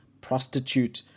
prostitute